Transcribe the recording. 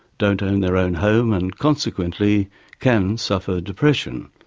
don't own their own home and consequently can suffer depression.